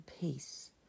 peace